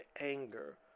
anger